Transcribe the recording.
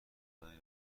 گلدانی